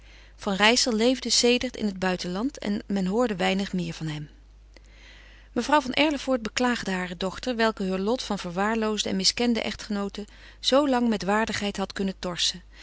van rijssel leefde sedert in het buitenland en men hoorde weinig meer van hem mevrouw van erlevoort beklaagde hare dochter welke heur lot van verwaarloosde en miskende echtgenoote zoo lang met waardigheid had kunnen torsen